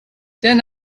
then